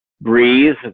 Breathe